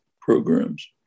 programs